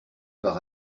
par